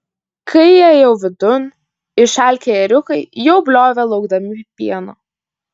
kai įėjau vidun išalkę ėriukai jau bliovė laukdami pieno